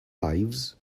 lives